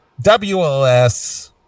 WLS